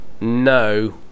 no